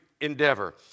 endeavor